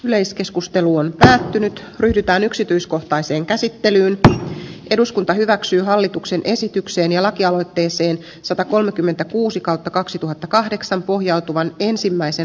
yleiskeskusteluun päättynyt ryhdytäänyksityiskohtaiseen käsittelyyn ja eduskunta hyväksyy hallituksen esityksen ja lakialoitteisiin satakolmekymmentäkuusi kautta kaksituhattakahdeksan pohjautuvan ensimmäisen